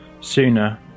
sooner